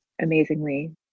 amazingly